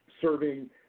serving